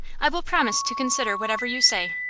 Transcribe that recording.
i will promise to consider whatever you say.